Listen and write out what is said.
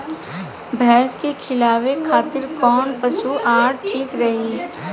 भैंस के खिलावे खातिर कोवन पशु आहार ठीक रही?